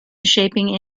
shaping